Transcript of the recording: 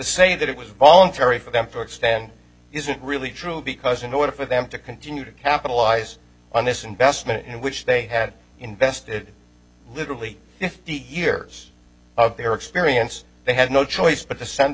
say that it was voluntary for them for it stand isn't really true because in order for them to continue to capitalize on this investment in which they had invested literally fifty years of their experience they had no choice but to send a